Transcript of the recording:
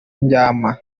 ndyama